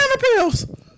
pills